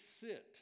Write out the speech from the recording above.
sit